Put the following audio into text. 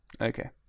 Okay